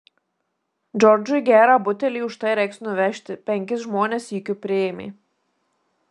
džordžui gerą butelį už tai reiks nuvežti penkis žmones sykiu priėmė